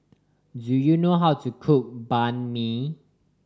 do you know how to cook Banh Mi